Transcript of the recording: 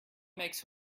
makes